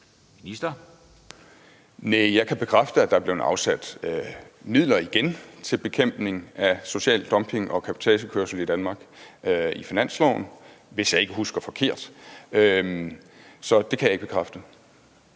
jeg kan bekræfte, at der igen er blevet afsat midler i finansloven til bekæmpelse af social dumping og cabotagekørsel i Danmark – hvis jeg ikke husker forkert. Så det kan jeg ikke bekræfte.